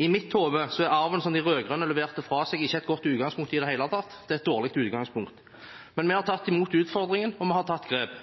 I mitt hode er arven som de rød-grønne leverte fra seg, ikke et godt utgangspunkt i det hele tatt. Det er et dårlig utgangspunkt. Men vi har tatt imot utfordringen, og vi har tatt grep.